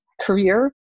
career